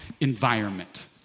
environment